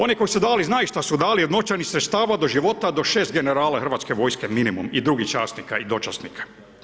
Oni koji su dali znaju šta su dali od novčanih sredstava, do života, do 6 generala Hrvatske vojske minimum i drugih časnika i dočasnika.